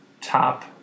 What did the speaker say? top